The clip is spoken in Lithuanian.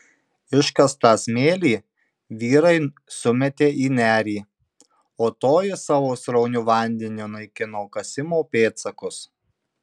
iškastą smėlį vyrai sumetė į nerį o toji savo srauniu vandeniu naikino kasimo pėdsakus